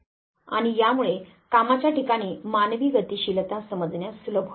आणि यामुळे कामाच्या ठिकाणी मानवी गतिशीलता समजण्यास सुलभ होईल